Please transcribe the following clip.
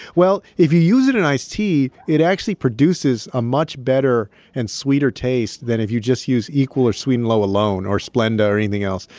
well, if you use it in iced tea, it actually produces a much better and sweeter taste than if you just use equal or sweet'n low alone or splenda or anything else.